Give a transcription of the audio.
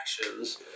actions